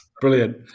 brilliant